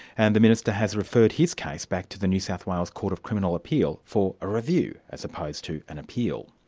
and the minister has referred his case back to the new south wales court of criminal appeal for a review, as opposed to an appeal.